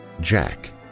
Jack